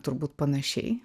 turbūt panašiai